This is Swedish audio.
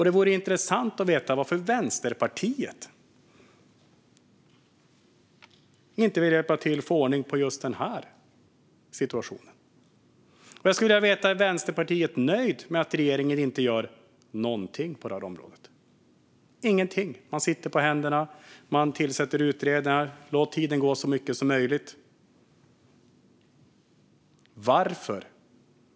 Det vore intressant att få veta varför Vänsterpartiet inte vill hjälpa till att få ordning på just den situationen. Är Vänsterpartiet nöjt med att regeringen inte gör någonting på området? Man sitter på händerna, man tillsätter utredningar och man låter tiden gå så mycket som möjligt.